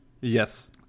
Yes